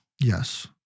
Yes